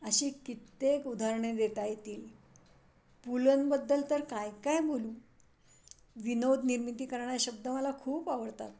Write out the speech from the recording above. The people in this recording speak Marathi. अशी कित्येक उदाहरणे देता येतील पुलंबद्दल तर काय काय बोलू विनोदनिर्मिती करणारे शब्द मला खूप आवडतात